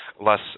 less –